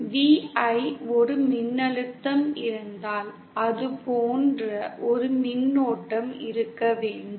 V I ஒரு மின்னழுத்தம் இருந்தால் அது போன்ற ஒரு மின்னோட்டம் இருக்க வேண்டும்